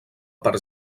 per